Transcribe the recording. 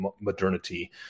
modernity